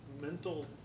mental